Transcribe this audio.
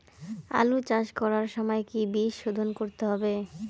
আলু চাষ করার সময় কি বীজ শোধন করতে হবে?